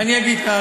אני אגיד כך,